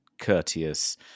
courteous